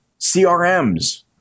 CRMs